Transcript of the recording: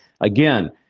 again